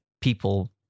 people